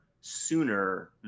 sooner